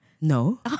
No